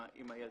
עם הילדה,